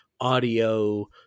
audio